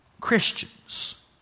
Christians